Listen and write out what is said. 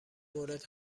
مورد